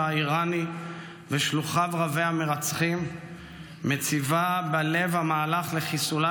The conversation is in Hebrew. האיראני ושלוחיו רבי-המרצחים מציבה בלב המהלך לחיסולה